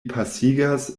pasigas